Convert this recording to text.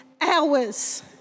hours